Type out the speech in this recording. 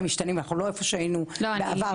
משתנים ואנחנו לא איפה שהיינו בעבר.